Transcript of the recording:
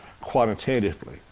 quantitatively